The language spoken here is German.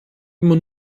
immer